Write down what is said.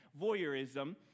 voyeurism